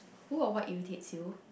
who or what irritates you